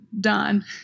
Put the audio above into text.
done